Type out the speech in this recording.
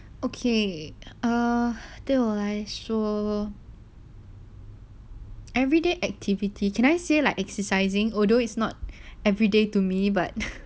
okay err 对我来说 everyday activity can I say like exercising although it's not everday to me but